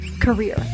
Career